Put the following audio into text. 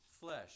flesh